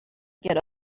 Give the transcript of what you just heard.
get